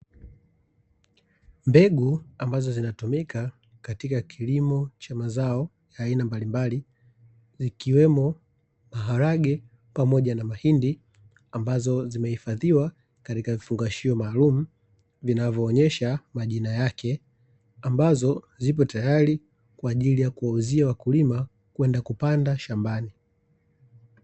Mbegu ambazo zinazotumika katika kilimo cha mazao ya aina mbalimbali, zikiwemo maharage pamoja na mahindi, ambazo zimehifadhiwa katika vifungashio maalumu, vinavyoonyesha majina yake, ambazo zipo tayari kwa ajili ya kuwauzia wakulima, kwenda kupanda shambani.